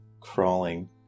crawling